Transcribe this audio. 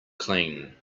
clean